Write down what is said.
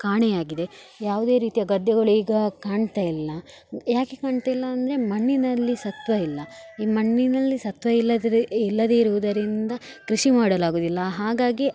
ಕಾಣೆಯಾಗಿದೆ ಯಾವುದೇ ರೀತಿಯ ಗದ್ದೆಗಳು ಈಗ ಕಾಣ್ತಾಯಿಲ್ಲ ಯಾಕೆ ಕಾಣ್ತಿಲ್ಲ ಅಂದರೆ ಮಣ್ಣಿನಲ್ಲಿ ಸತ್ವಯಿಲ್ಲ ಈ ಮಣ್ಣಿನಲ್ಲಿ ಸತ್ವ ಇಲ್ಲದಿರೆ ಇಲ್ಲದೇ ಇರೋದರಿಂದ ಕೃಷಿ ಮಾಡಲಾಗೋದಿಲ್ಲ ಹಾಗಾಗಿ ಆ